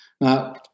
Now